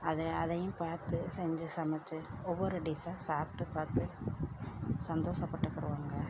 அதை அதையும் பார்த்து செஞ்சு சமைச்சி ஒவ்வொரு டிஸ்ஸாக சாப்பிட்டு பார்த்து சந்தோஷப்பட்டுக்கிடுவேங்க